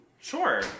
Sure